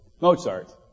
Mozart